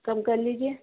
کم کر لیجیے